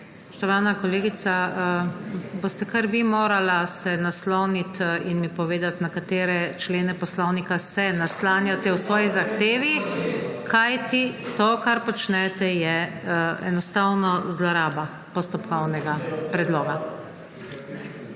Spoštovana kolegica, se boste kar vi morali nasloniti in mi povedati, na katere člene poslovnika se naslanjate v svoji zahtevi, kajti to, kar počnete, je enostavno zloraba postopkovnega predloga.